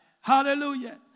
Hallelujah